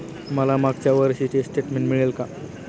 मला मागच्या वर्षीचे स्टेटमेंट मिळेल का?